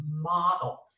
models